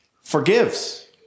forgives